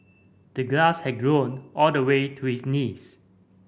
the grass had grown all the way to his knees